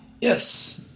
yes